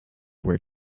where